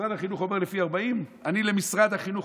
משרד החינוך אומר לפי 40. אני למשרד החינוך